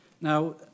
Now